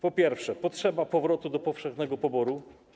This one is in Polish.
Po pierwsze, jest potrzeba powrotu do powszechnego poboru.